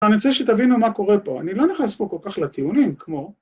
‫אני רוצה שתבינו מה קורה פה. ‫אני לא נכנס פה כל כך לטיעונים כמו...